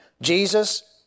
Jesus